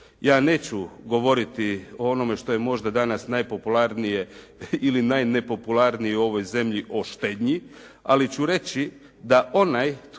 Ja neću govoriti o onome što je možda danas najpopularnije ili najnepopularnije u ovoj zemlji o štednji, ali ću reći da onaj